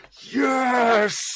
Yes